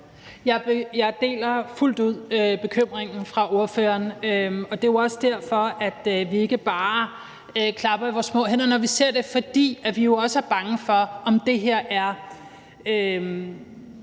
Jeg deler fuldt ud ordførerens bekymring, og det er også derfor, at vi ikke bare klapper i vores små hænder, når vi ser det. For vi er jo også bange for, om det her er